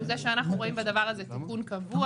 הוא זה שאנחנו רואים בדבר הזה תיקון קבוע.